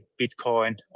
Bitcoin